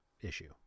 issue